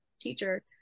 teacher